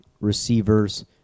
receivers